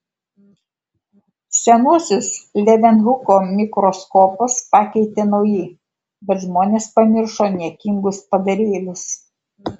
senuosius levenhuko mikroskopus pakeitė nauji bet žmonės pamiršo niekingus padarėlius